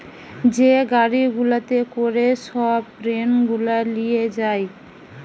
যে গাড়ি গুলাতে করে সব গ্রেন গুলা লিয়ে যায়